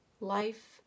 life